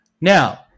Now